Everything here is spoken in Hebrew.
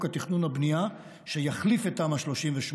התכנון והבנייה שיחליף את תמ"א 38,